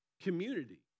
community